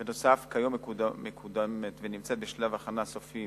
בנוסף, כיום מקודמת ונמצאת בשלבי הכנה סופיים